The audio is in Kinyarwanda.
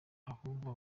abumva